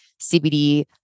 CBD